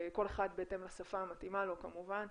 כל אחד בהתאם לשפה המתאימה לו כמובן.